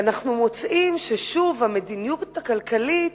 ואנחנו מוצאים ששוב המדיניות הכלכלית